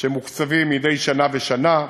שמוקצבים מדי שנה בשנה.